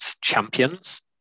champions